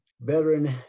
veteran